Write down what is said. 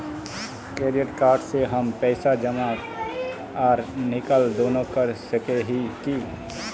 Credit card से हम पैसा जमा आर निकाल दोनों कर सके हिये की?